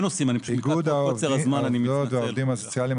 איגוד העובדים הסוציאליים,